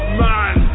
man